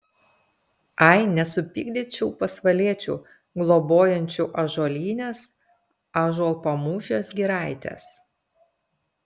ai nesupykdyčiau pasvaliečių globojančių ąžuolynės ąžuolpamūšės giraitės